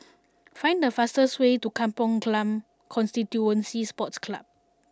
find the fastest way to Kampong Glam Constituency Sports Club